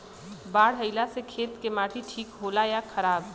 बाढ़ अईला से खेत के माटी ठीक होला या खराब?